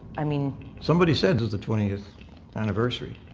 i mean somebody said it's the twentieth anniversary,